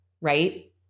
right